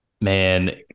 man